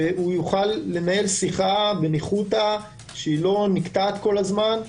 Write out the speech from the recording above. ויוכל לנהל שיחה בניחותא שלא נקטעת כל הזמן.